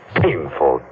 painful